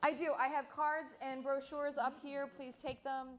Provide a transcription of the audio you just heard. i do i have cards and brochures up here please take them